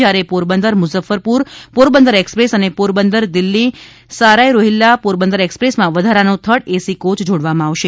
જ્યારે પોરબંદર મુજ્જફરપુર પોરબંદર એકસ્પ્રેસ અને પોરબંદર દિલ્હી સારાય રોહિલ્લા પોરબંદર એક્સપ્રેસમાં વધારાનો થર્ડ એસી કોચ જોડવામાં આવશે